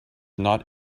not